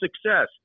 success